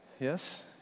Yes